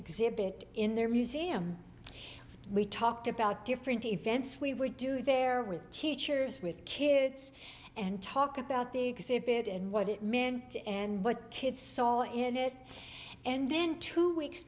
exhibit in their museum we talked about different events we would do there with teachers with kids and talk about the exhibit and what it meant and what kids saw in it and then two weeks